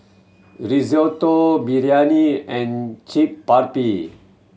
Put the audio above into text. Risotto Biryani and Chaat Papri